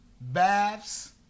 baths